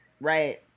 Right